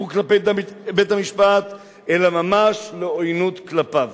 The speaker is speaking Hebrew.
כלפי בית-המשפט אלא ממש לעוינות כלפיו.